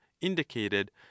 indicated